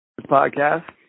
Podcast